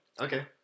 Okay